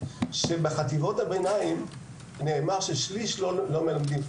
בחטיבות הביניים נאמר ששליש לא מלמדים,